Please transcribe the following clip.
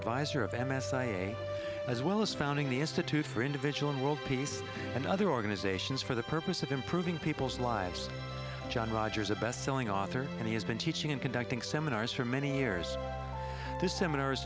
advisor of m s i e a as well as founding the institute for individual world peace and other organizations for the purpose of improving people's lives john rogers a bestselling author and he has been teaching in conducting seminars for many years his seminars